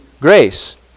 grace